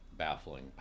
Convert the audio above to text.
baffling